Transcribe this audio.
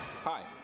Hi